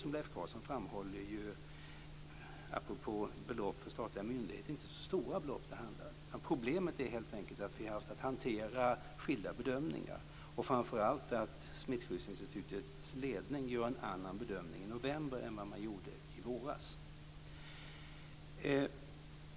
Som Leif Carlson framhåller är det, apropå belopp för statliga myndigheter, inte så stora belopp som det handlar om. Problemet är helt enkelt att vi har haft att hantera skilda bedömningar och framför allt att Smittskyddsinstitutets ledning gjorde en annan bedömning i november än man gjorde förra våren.